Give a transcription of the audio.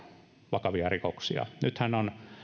vakavia rikoksia nythän on